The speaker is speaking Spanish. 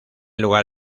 lugar